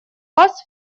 вас